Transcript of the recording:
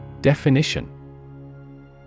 Definition